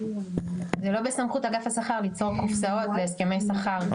זה לא בסמכות אגף השכר, ליצור קופסאות לגבי שכר.